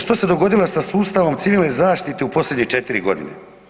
Što se dogodilo sa sustavom Civilne zaštite u posljednje četiri godine?